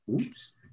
Oops